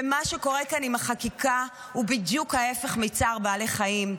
ומה שקורה כאן עם החקיקה הוא בדיוק ההפך מצער בעלי חיים.